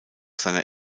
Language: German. seiner